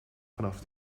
vanaf